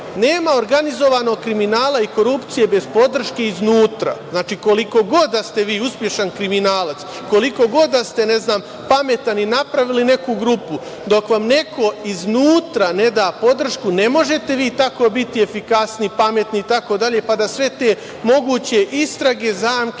organizovanog kriminala i korupcije bez podrške iznutra. Znači, koliko god da ste vi uspešan kriminalac, kolikog god da ste pametan i napravili neku grupu, dok vam neko iznutra ne da podršku ne možete vi tako biti efikasni, pametni, itd, pa da sve te moguće istrage, zamke